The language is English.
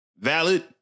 Valid